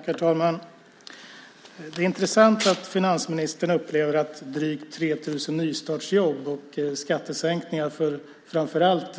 Herr talman! Det är intressant att finansministern upplever att drygt 3 000 nystartsjobb och skattesänkningar för framför allt